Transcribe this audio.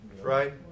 right